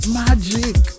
magic